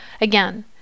Again